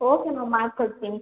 okay ma'am ಮಾಡ್ಕೊಡ್ತೀನಿ